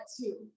two